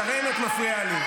שרן, את מפריעה לי.